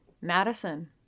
Madison